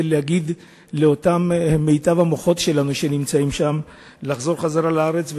להגיד לאותם מיטב המוחות שנמצאים שם לחזור לארץ,